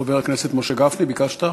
חבר הכנסת משה גפני, ביקשת?